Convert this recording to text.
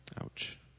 Ouch